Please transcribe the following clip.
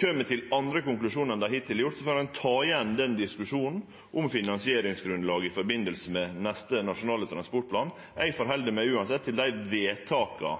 kjem til andre konklusjonar enn dei hittil har gjort, får ein ta igjen den diskusjonen om finansieringsgrunnlaget i forbindelse med neste nasjonale transportplan. Eg held meg uansett til dei vedtaka